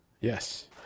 yes